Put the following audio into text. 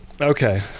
okay